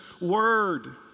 word